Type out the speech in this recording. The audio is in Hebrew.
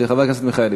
של חבר הכנסת מיכאלי.